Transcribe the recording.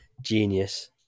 genius